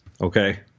Okay